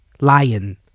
lion